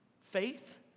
faith